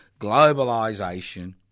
globalisation